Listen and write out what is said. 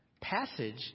passage